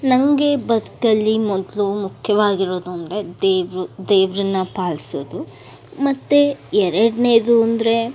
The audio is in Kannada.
ನನಗೆ ಬದುಕಲ್ಲಿ ಮೊದಲು ಮುಖ್ಯವಾಗಿರೋದು ಅಂದರೆ ದೇವರು ದೇವ್ರನ್ನು ಪಾಲಿಸೋದು ಮತ್ತು ಎರಡನೇದು ಅಂದರೆ